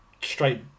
straight